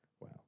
Wow